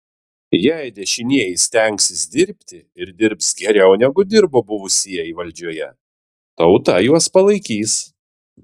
jei dešinieji stengsis dirbti ir dirbs geriau negu dirbo buvusieji valdžioje tauta juos palaikys